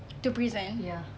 to present